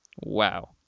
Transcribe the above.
Wow